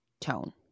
tone